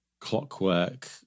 clockwork